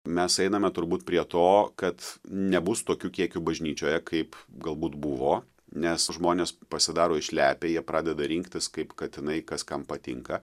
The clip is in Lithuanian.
mes einame turbūt prie to kad nebus tokių kiekių bažnyčioje kaip galbūt buvo nes žmonės pasidaro išlepę jie pradeda rinktis kaip katinai kas kam patinka